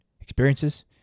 experiences